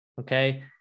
okay